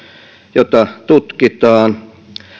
jota tutkitaan